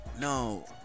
No